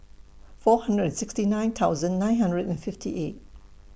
four hundred and sixty nine thousand nine hundred and fifty eight